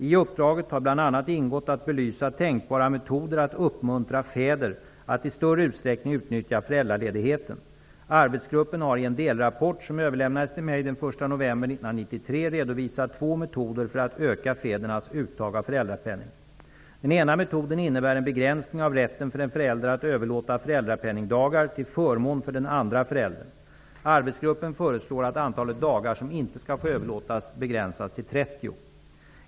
I uppdraget har bl.a. ingått att belysa tänkbara metoder att uppmuntra fäder att i större utsträckning utnyttja föräldraledigheten. Arbetsgruppen har i en delrapport, som överlämnades till mig den 1 november 1993, redovisat två metoder för att öka fädernas uttag av föräldrapenning. Den ena metoden innebär en begräsning av rätten för en förälder att överlåta föräldrapenningdagar till förmån för den andra föräldern. Arbetsgruppen föreslår att antalet dagar som inte skall få överlåtas begränsas till 30.